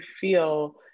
feel